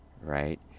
right